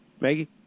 Maggie